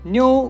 New